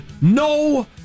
no